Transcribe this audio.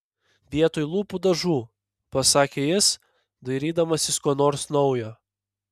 vietoj lūpų dažų pasakė jis dairydamasis ko nors naujo